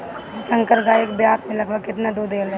संकर गाय एक ब्यात में लगभग केतना दूध देले?